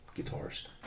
guitarist